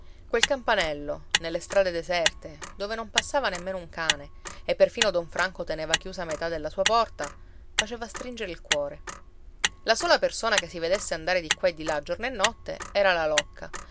quel campanello nelle strade deserte dove non passava nemmeno un cane e perfino don franco teneva chiusa metà della sua porta faceva stringere il cuore la sola persona che si vedesse andare di qua e di là giorno e notte era la locca